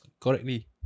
correctly